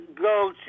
go